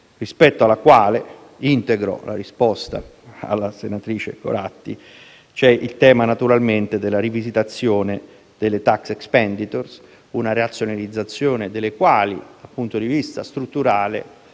rispetto alla quale - e qui integro la risposta alla senatrice Conzatti - c'è il tema della rivisitazione delle *tax expenditure*, una razionalizzazione delle quali, dal punto di vista strutturale,